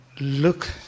look